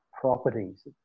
properties